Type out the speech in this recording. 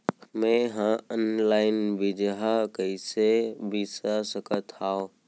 मे हा अनलाइन बीजहा कईसे बीसा सकत हाव